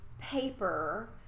paper